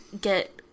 get